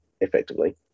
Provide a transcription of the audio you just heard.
effectively